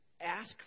ask